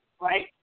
right